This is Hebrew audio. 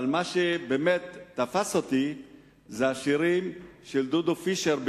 אבל מה שבאמת תפס אותי זה השירים ביידיש של דודו פישר,